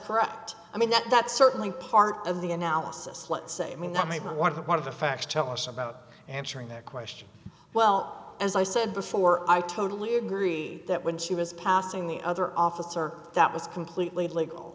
correct i mean that that's certainly part of the analysis let's say i mean that made me want to one of the facts tell us about answering that question well as i said before i totally agree that when she was passing the other officer that was completely legal